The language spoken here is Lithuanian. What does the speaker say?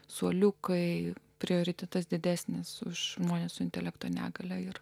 suoliukai prioritetas didesnis už žmones su intelekto negalią ir